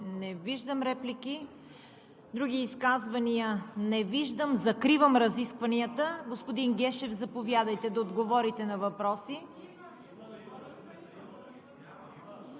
Не виждам. Други изказвания? Не виждам. Закривам разискванията. Господин Гешев, заповядайте да отговорите на въпросите.